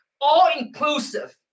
All-inclusive